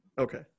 Okay